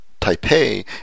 Taipei